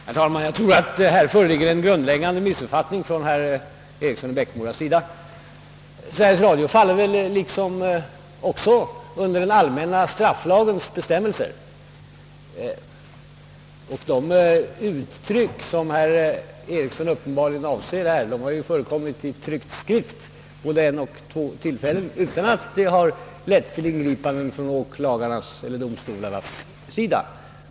Herr talman! Jag tror att här föreligger en grundläggande missuppfattning bos herr Eriksson i Bäckmora. Sveriges Radio faller väl också under den allmänna strafflagens bestämmelser. De uttryck som herr Eriksson i Bäckmora uppenbarligen avser har ju förekommit i tryckt skrift vid både ett och två tillfällen utan att detta lett till ingripanden från åklagarnas eller domstolarnas sida.